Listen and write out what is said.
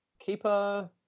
Keeper